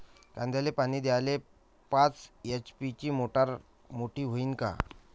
कांद्याले पानी द्याले पाच एच.पी ची मोटार मोटी व्हईन का?